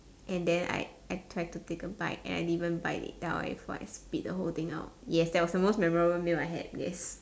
and then I I tried to take a bite and I didn't even bite it down before I spit the whole thing out yes that was the most memorable meal that I had yes